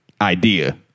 idea